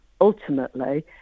Ultimately